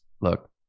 look